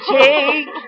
take